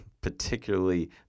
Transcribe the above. particularly